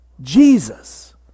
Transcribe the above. Jesus